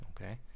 okay